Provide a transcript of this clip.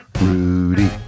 rudy